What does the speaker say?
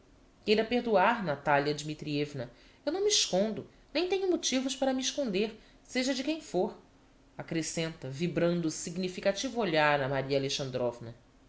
queira perdoar natalia dmitrievna eu não me escondo nem tenho motivos para me esconder seja de quem fôr accrescenta vibrando significativo olhar a maria